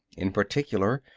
in particular,